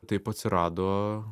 taip atsirado